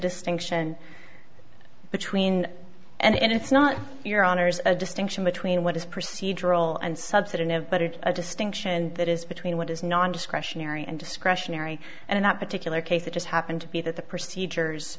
distinction between and it's not your honour's a distinction between what is procedural and substantive but it is a distinction that is between what is non discretionary and discretionary and in that particular case it just happened to be that the procedures